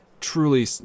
truly